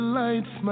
lights